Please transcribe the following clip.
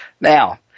Now